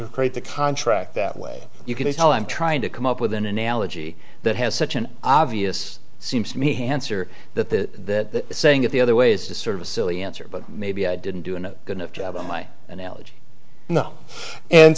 create the contract that way you can tell i'm trying to come up with an analogy that has such an obvious seems to me answer that saying that the other way is to sort of a silly answer but maybe i didn't do a good enough job in my analogy no and